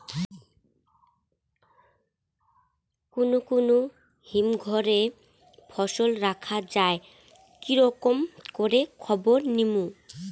কুন কুন হিমঘর এ ফসল রাখা যায় কি রকম করে খবর নিমু?